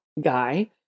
guy